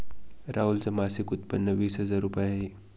राहुल च मासिक उत्पन्न वीस हजार रुपये आहे